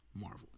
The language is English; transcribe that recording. Marvel